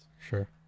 Sure